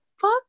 fuck